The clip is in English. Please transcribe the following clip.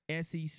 SEC